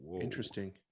interesting